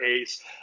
ace